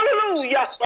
Hallelujah